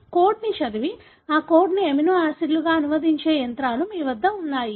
కోడ్ని చదివి ఆ కోడ్ని ఎమినో ఆసిడ్ లుగా అనువదించే యంత్రాలు మీ వద్ద ఉన్నాయి